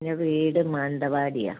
എന്റെ വീട് മാനന്തവാടിയാണ്